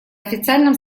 официальном